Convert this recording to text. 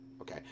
Okay